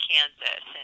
Kansas